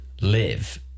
live